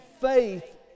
faith